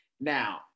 now